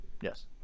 Yes